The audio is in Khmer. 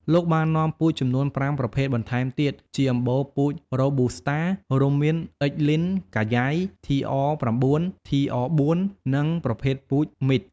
លោកបាននាំពូជចំនួន៥ប្រភេទបន្ថែមទៀតជាអម្បូពូជ រ៉ូប៊ូស្តា រួមមាន X.Lin កាយ៉ៃ TR9 TR4 និង ប្រភេទពូជMit ។